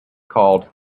called